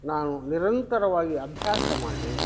ನಾನು ನಿರಂತರವಾಗಿ ಅಭ್ಯಾಸ ಮಾಡಿ